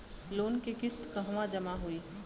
Loan के किस्त कहवा जामा होयी?